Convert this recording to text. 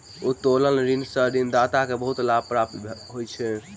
उत्तोलन ऋण सॅ ऋणदाता के बहुत लाभ प्राप्त होइत अछि